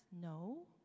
No